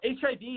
HIV